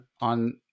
on